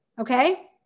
Okay